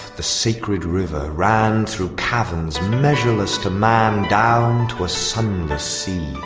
the sacred river, ran through caverns measureless to man down to a sunless sea.